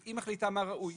היא מחליטה מה ראוי.